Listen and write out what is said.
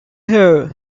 here